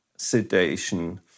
Sedation